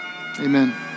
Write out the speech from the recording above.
Amen